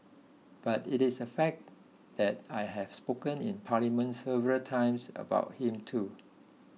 but it is a fact that I have spoken in Parliament several times about him too